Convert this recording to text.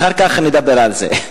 אחר כך נדבר על זה.